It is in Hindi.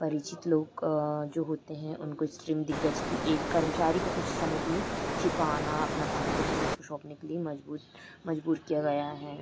परिचित लोग जो होते हैं उनको इस्ट्रीम दिग्गज के एक कर्मचारी को कुछ समय के लिए छिपाना अपना पासपोट पुलिस को सौंपने के लिए मजबूत मजबूर किया गया है